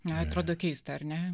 na atrodo keista ar ne